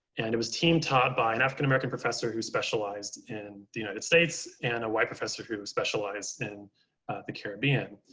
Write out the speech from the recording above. and it was team taught by an african american professor who specialized in the united states and a white professor who specialized in the caribbean.